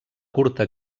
curta